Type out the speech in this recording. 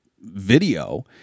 video